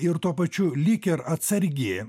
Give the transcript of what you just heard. ir tuo pačiu lyg ir atsargi